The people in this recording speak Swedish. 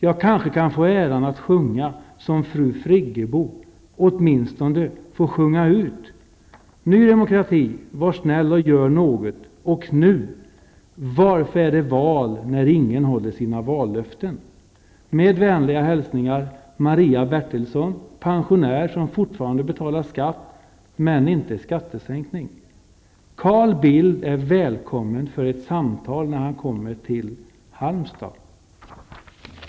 Jag kanske kan få äran att sjunga, som fru Friggebo, åtminstone få sjunga ut. Ny demokrati, var snäll och gör något, och NU. Varför är det val, när ingen håller sina vallöften? Med vänliga hälsningar Carl Bildt är välkommen för ett samtal när han kommer till Halmstad.''